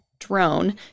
drone